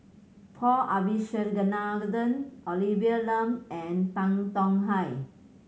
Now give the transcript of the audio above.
Paul Abisheganaden Olivia Lum and Tan Tong Hye